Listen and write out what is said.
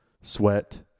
sweat